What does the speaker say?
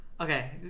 Okay